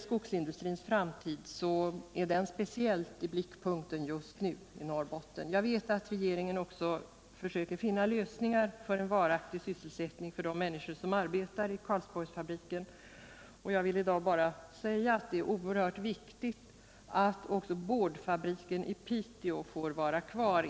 Skogsindustrins framtid är speciellt i blickpunkten just nu i Norrbotten. Jag vet att regeringen försöker finna lösningar för en varaktig sysselsättning åt de människor som arbetar i Karlsborgsfabriken. Det är oerhörn viktigt att också boardfabriken i Piteå får vara kvar.